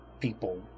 people